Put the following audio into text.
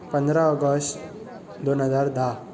पंदरा ऑगस्ट दोन हजार धा